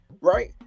right